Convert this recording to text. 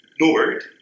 Lord